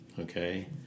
okay